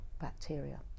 bacteria